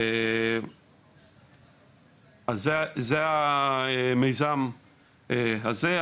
זה המיזם הזה.